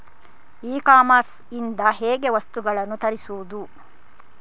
E commerce ಇಂದ ಹೇಗೆ ವಸ್ತುಗಳನ್ನು ತರಿಸುವುದು?